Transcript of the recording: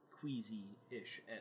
queasy-ish